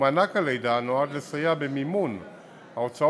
ומענק הלידה נועד לסייע במימון ההוצאות